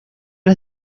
las